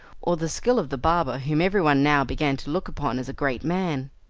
or the skill of the barber, whom everyone now began to look upon as a great man.